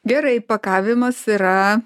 gerai pakavimas yra